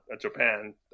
Japan